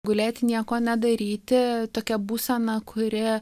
gulėti nieko nedaryti tokia būsena kuri